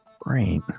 great